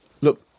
look